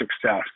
success